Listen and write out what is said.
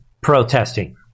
protesting